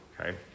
okay